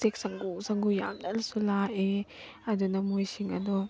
ꯎꯆꯦꯛ ꯁꯪꯒꯨ ꯁꯪꯒꯨ ꯌꯥꯝꯅꯁꯨ ꯂꯥꯛꯑꯦ ꯑꯗꯨꯅ ꯃꯣꯏꯁꯤꯡ ꯑꯗꯣ